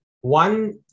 One